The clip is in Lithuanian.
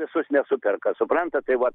visus nesuperka suprantat tai vat